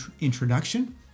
introduction